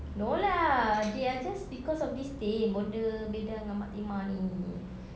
no lah they are just because of this thing bonda bedah dengan mak timah ini